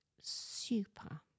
super